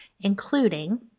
including